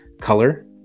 color